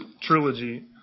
trilogy